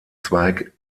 zweig